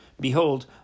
Behold